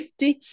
50